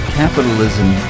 capitalism